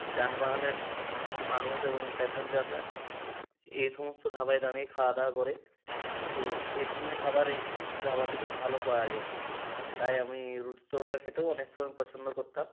যানবাহনের মানুষ এবং প্যাসেঞ্জাররা এই সমস্ত ধাবায় দাঁড়িয়ে খাওয়া দাওয়া করে তো এই ধরনের খাবার এই ধাবাতে খুব ভালো পাওয়া যায় তাই আমি রুটি তড়কা খেতেও অনেক সময় পছন্দ করতাম